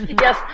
yes